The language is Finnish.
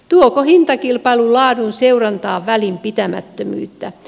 tuoko hintakilpailu laadun seurantaan välinpitämättömyyttä